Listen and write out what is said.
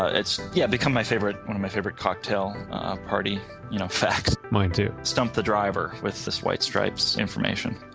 ah it's, yeah, become my favorite, one of my favorite cocktail party you know facts mine, too stump the driver with this white stripes information